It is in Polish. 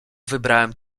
wybrałem